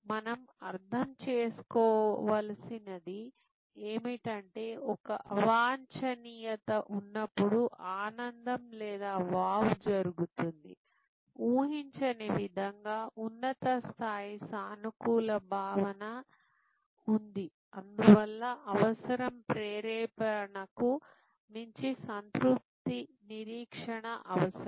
మనం అర్థం చేసుకోవలసినది ఏమిటంటే ఒక అవాంఛనీయత ఉన్నప్పుడు ఆనందం లేదా వావ్ జరుగుతుంది ఊహించని విధంగా ఉన్నత స్థాయి సానుకూల భావన ఉంది అందువల్ల అవసరం ప్రేరేపణకు మించి సంతృప్తి నిరీక్షణ అవసరం